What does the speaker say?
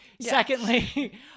Secondly